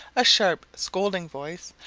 a sharp scolding voice,